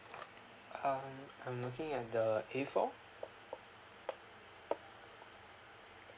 uh I'm looking at the air four